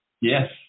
Yes